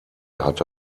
hatte